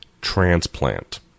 transplant